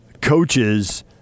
coaches